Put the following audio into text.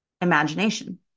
imagination